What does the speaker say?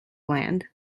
land